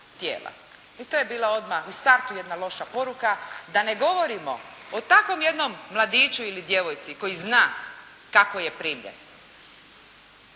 I to je bila odmah u strtu jedna loša poruka, da ne govorimo o takvom jednom mladiću ili djevojci koji zna kako je primljen.